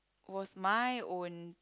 was my own